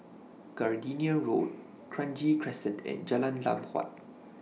Gardenia Road Kranji Crescent and Jalan Lam Huat